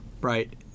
right